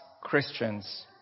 Christians